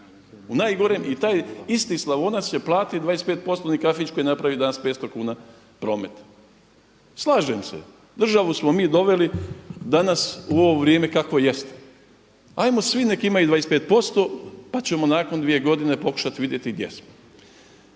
u najgorem i taj isti Slavonac će platiti 25%, ni kafić koji napravi danas 500 kuna prometa. Slažem se, državu smo mi doveli danas u ovo vrijeme kakvo jeste. Ajmo svi nek imaju 25% pa ćemo nakon 2 godine pokušati vidjeti gdje smo.